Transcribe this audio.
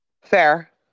Fair